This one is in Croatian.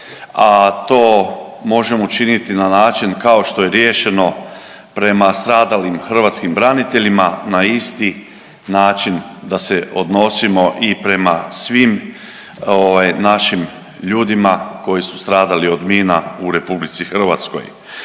a to možemo učiniti na način kao što je riješeno prema stradalim hrvatskim braniteljima na isti način da se odnosimo i prema svim našim ljudima koji su stradali od mina u RH. E sad tu ostaje